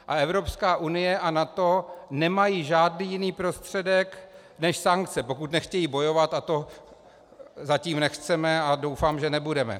A Evropská unie a NATO nemají žádný jiný prostředek než sankce, pokud nechtějí bojovat, a to zatím nechceme a doufám, že nebudeme.